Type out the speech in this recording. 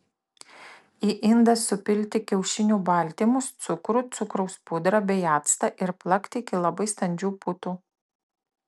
į indą supilti kiaušinių baltymus cukrų cukraus pudrą bei actą ir plakti iki labai standžių putų